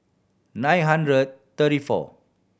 nine hundred thirty four